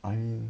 I mean